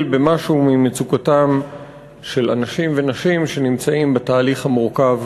את מצוקתם של אנשים ונשים שנמצאים בתהליך המורכב